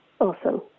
Awesome